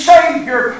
Savior